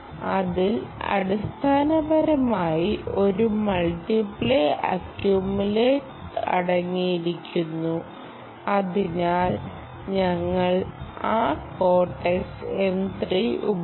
അതിൽ അടിസ്ഥാനപരമായി ഒരു മൾട്ടിപ്ലൈ അക്കൂമുലേറ്റ് അടങ്ങിയിരിക്കുന്നു അതിനാൽ ഞങ്ങൾ ആ കോർടെക്സ് M3 ഉപേക്ഷിക്കും